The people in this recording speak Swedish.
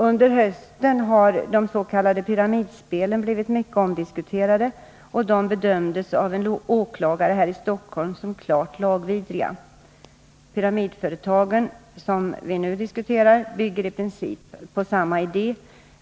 Under hösten har dess.k. pyramidspelen blivit mycket omdiskuterade, och de bedömdes av en åklagare här i Stockholm som klart lagvidriga. Pyramidföretagen, som vi nu diskuterar, bygger i princip på samma idé.